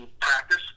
practice